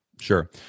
Sure